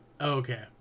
okay